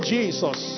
Jesus